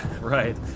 Right